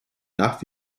nach